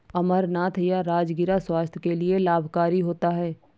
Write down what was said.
अमरनाथ या राजगिरा स्वास्थ्य के लिए लाभकारी होता है